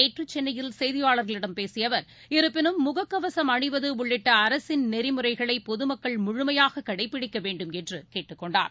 நேற்றுசென்னையில் செய்தியாளர்களிடம் பேசியஅவர் இருப்பினும் முககவசம் அணிவதுஉள்ளிட்டஅரசின் நெறிமுறைகளைபொதுமக்கள் முழுமையாககடைப்பிடிக்கவேண்டும் என்றுகேட்டுக் கொண்டார்